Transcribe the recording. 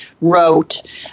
wrote